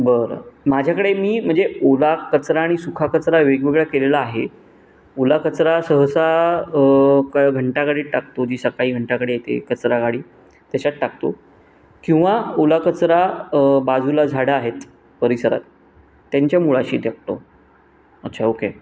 बरं माझ्याकडे मी म्हणजे ओला कचरा आणि सुका कचरा वेगवेगळा केलेला आहे ओला कचरा सहसा काय घंटागाडीत टाकतो ती सकाळी घंटागाडी येते कचरागाडी त्याच्यात टाकतो किंवा ओला कचरा बाजूला झाडं आहेत परिसरात त्यांच्या मुळाशी टाकतो अच्छा ओके